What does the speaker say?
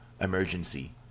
emergency